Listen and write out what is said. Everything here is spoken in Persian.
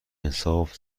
انصاف